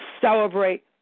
celebrate